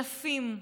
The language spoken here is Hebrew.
אלפים,